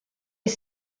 est